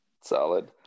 solid